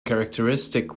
characteristic